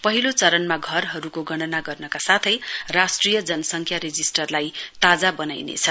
पहिलो चरणहरूमा घरहरूको गणना गर्नका साथै राष्ट्रिय जनसङ्ख्या रेजिस्टरलाई ताजा बनाइनेछ